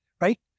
right